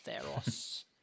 Theros